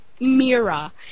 Mira